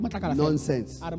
Nonsense